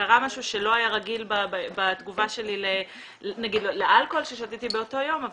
קרה משהו שלא היה רגיל בתגובה שלי נגיד לאלכוהול ששתיתי באותו יום.